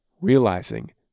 realizing